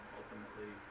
ultimately